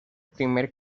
primer